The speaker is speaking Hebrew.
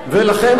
ולכן,